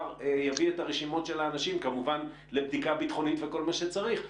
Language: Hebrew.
יביא את הרשימות של האנשים כמובן לבדיקה ביטחונית וכל מה שצריך,